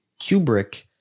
Kubrick